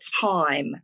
time